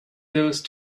those